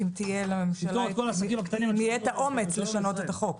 אם תהיה לממשלה את האומץ לשנות את החוק.